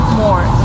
more